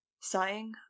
Sighing